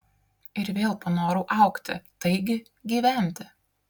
ir vėl panorau augti taigi gyventi